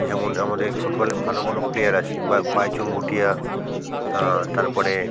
যেমন আমাদের ফুটবলে ভালো ভালো প্লেয়ার আছে বাইচুং ভুটিয়া তার পরে